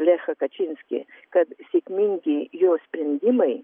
lechą kačinskį kad sėkmingi jo sprendimai